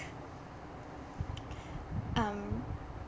um